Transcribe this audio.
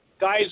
guys